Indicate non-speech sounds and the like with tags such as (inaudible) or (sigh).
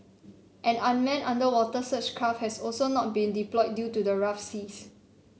an unmanned underwater search craft has also not been (noise) deployed due to the rough seas